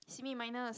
simi minus